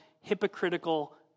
hypocritical